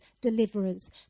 deliverance